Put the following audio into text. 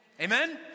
Amen